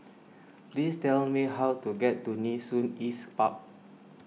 please tell me how to get to Nee Soon East Park